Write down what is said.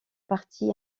partie